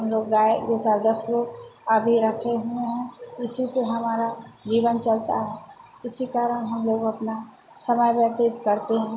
हम लोग गाय दो चार दस लोग आदमी रखे हुए हैं इसी से हमारा जीवन चलता है इसी कारण हम लोग अपना समय व्यतीत करते हैं